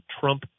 Trump